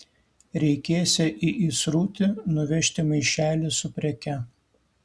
reikėsią į įsrutį nuvežti maišelį su preke